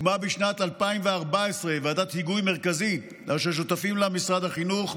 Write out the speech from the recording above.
הוקמה בשנת 2014 ועדת היגוי מרכזית ששותפים לה משרד החינוך,